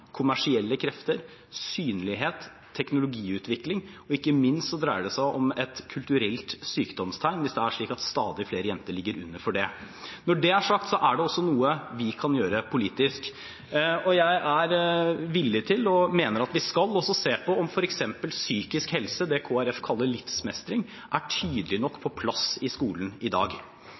kommersielle krefter, synlighet, og teknologiutvikling. Ikke minst dreier det seg om et kulturelt sykdomstegn hvis det er slik at stadig flere jenter ligger under for det. Når det er sagt, er det også noe vi kan gjøre politisk. Jeg er villig til og mener at vi skal også se på om f.eks. psykisk helse, det Kristelig Folkeparti kaller livsmestring, er tydelig nok på plass i skolen i dag.